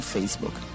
Facebook